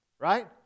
right